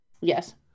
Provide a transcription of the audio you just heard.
Yes